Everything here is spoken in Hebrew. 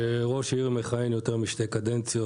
שראש עיר מכהן יותר משתי קדנציות.